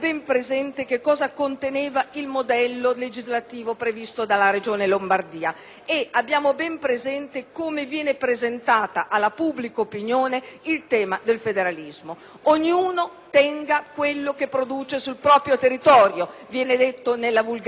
Lombardia, nonché come viene presentato alla pubblica opinione il tema del federalismo: ognuno tenga quello che produce sul proprio territorio; così viene letto nella *vulgata* corrente, con laconiugazione di un federalismo assolutamente egoista,